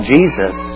Jesus